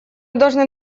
должны